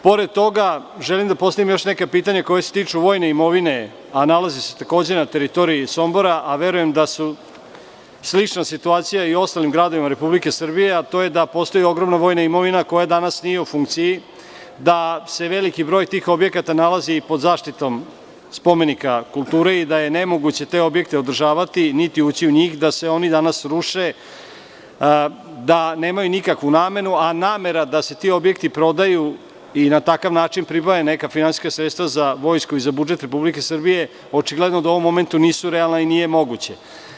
Pored toga, želim da postavim još neka pitanja koja se tiču vojne imovine, a nalaze se takođe na teritoriji Sombora i verujem da je slična situacija i u ostalim gradovima Republike Srbije, a to je da postoji ogromna vojna imovina koja danas nije u funkciji, da se veliki broj tih objekata nalazi i pod zaštitom spomenika kulture i da je nemoguće te objekte održavati, niti ući u njih, da se oni danas ruše, da nemaju nikakvu namenu, a namera da se ti objekti prodaju i na takav način pribroje neka finansijska sredstva za Vojsku i za budžet Republike Srbije očigledno da u ovom momentu nije realna i nije moguća.